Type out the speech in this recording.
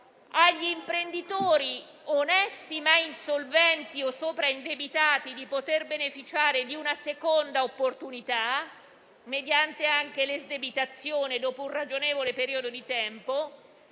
gli imprenditori onesti ma insolventi o sopra indebitati di poter beneficiare di una seconda opportunità mediante anche l'esdebitazione dopo un ragionevole periodo di tempo